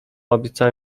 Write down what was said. obiecała